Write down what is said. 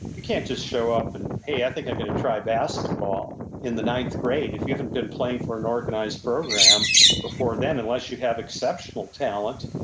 you can't just show up and, hey, i think i'm going to try basketball in the ninth grade. if you haven't been playing for an organized program before then, unless you have exceptional talent,